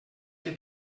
que